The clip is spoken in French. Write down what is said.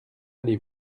allez